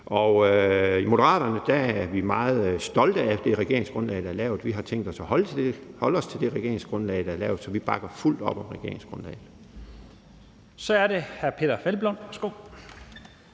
I Moderaterne er vi meget stolte af det regeringsgrundlag, der er lavet, og vi har tænkt os at holde os til det regeringsgrundlag, der er lavet, så vi bakker fuldt op om regeringsgrundlaget. Kl. 11:22 Første